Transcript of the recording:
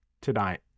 tonight